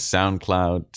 SoundCloud